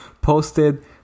posted